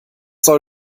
soll